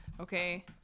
okay